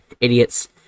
idiots